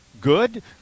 good